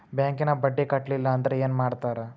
ಬ್ಯಾಂಕಿನ ಬಡ್ಡಿ ಕಟ್ಟಲಿಲ್ಲ ಅಂದ್ರೆ ಏನ್ ಮಾಡ್ತಾರ?